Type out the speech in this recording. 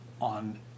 on